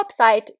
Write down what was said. website